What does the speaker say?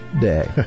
Day